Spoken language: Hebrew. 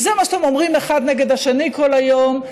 זה מה שאתם אומרים אחד נגד השני כל היום.